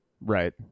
Right